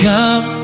Come